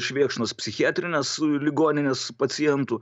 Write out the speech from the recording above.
švėkšnos psichiatrinės ligoninės pacientų